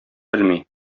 белми